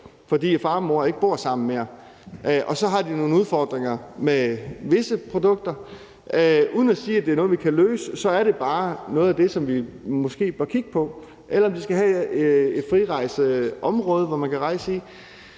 fordi far og mor ikke bor sammen mere. Og de har så nogle udfordringer med visse produkter. Uden at sige, at det er noget, vi kan løse, vil jeg sige, at det er noget af det, som vi måske bør kigge på. Eller vi bør måske kigge på, om de skal have et frirejseområde, som de kan rejse i.